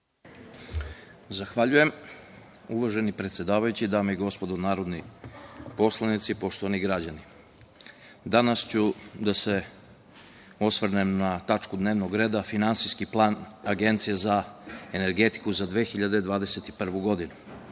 Zahvaljujem. Uvaženi predsedavajući, dame i gospodo narodni poslanici, poštovani građani, danas ću da se osvrnem na tačku dnevnog reda – Finansijski plan Agencije za energetiku za 2021. godinu.